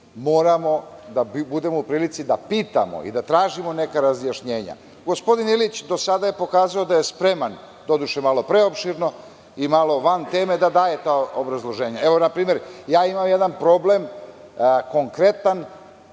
moramo da budemo u prilici da pitamo i da tražimo neka razjašnjenja. Gospodin Ilić je do sada pokazao da je spreman, doduše malo preopširno i malo van teme, da daje ta obrazloženja. Evo, na primer, ja imam jedan konkretan